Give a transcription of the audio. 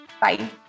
Bye